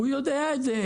הוא יודע את זה.